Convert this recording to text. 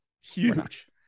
Huge